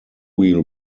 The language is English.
wheel